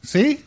See